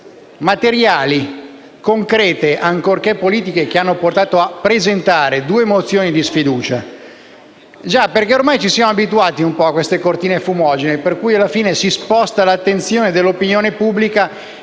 materiali e concrete, ancorché politiche, che hanno portato a presentarle. Ormai ci siamo abituati un po' a queste cortine fumogene, per cui alla fine si sposta l'attenzione dell'opinione pubblica